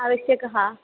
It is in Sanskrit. आवश्यकं